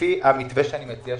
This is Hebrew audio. לפי המתווה שאני מציע,